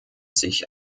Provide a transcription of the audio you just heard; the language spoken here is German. sich